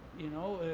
you know,